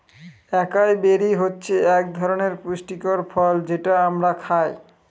একাই বেরি হচ্ছে এক ধরনের পুষ্টিকর ফল যেটা আমরা খায়